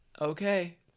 okay